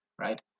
right